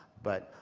but